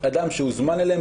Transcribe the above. אדם שהוזמן אליהם,